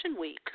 week